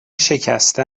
شکسته